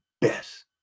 best